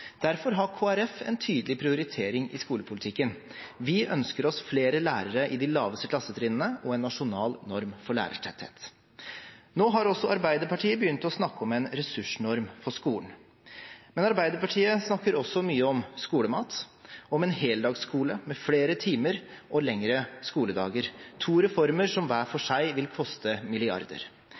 Derfor har Kristelig Folkeparti en tydelig prioritering i skolepolitikken. Vi ønsker oss flere lærere i de laveste klassetrinnene og en nasjonal norm for lærertetthet. Nå har også Arbeiderpartiet begynt å snakke om en ressursnorm i skolen, men Arbeiderpartiet snakker også mye om skolemat og om en heldagsskole med flere timer og lengre skoledager – to reformer som hver for seg vil koste milliarder.